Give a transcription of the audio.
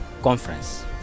Conference